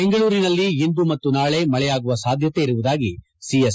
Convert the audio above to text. ಬೆಂಗಳೂರಿನಲ್ಲಿ ಇಂದು ಮತ್ತು ನಾಳೆ ಮಳೆಯಾಗುವ ಸಾಧ್ಯತೆ ಇರುವುದಾಗಿ ಹಿಎಸ್